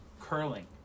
Curling